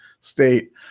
state